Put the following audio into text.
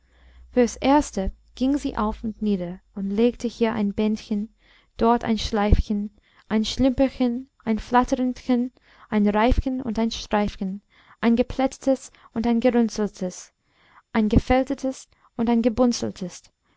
fürs erste ging sie auf und nieder und legte hier ein bändchen dort ein schleifchen ein schlümperchen ein flatterendchen ein reifchen und ein streifchen ein geplättetes und ein gerunzeltes ein gefältetes und ein gebunzeltes